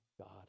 God